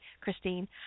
Christine